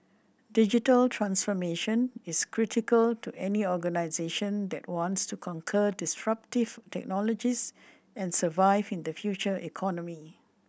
digital transformation is critical to any organisation that wants to conquer disruptive technologies and survive in the future economy